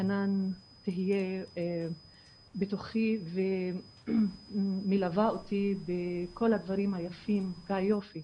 חנאן תהיה בתוכי ומלווה אותי בכל הדברים היפים והיופי